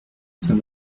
saint